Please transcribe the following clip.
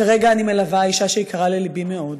כרגע אני מלווה אישה שיקרה ללבי מאוד,